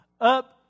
up